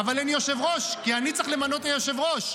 אבל מי שלא מבין הבנת הנקרא,